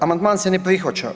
Amandman se ne prihvaća.